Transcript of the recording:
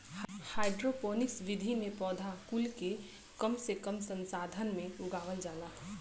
hydroponics विधि में पौधा कुल के कम से कम संसाधन में उगावल जाला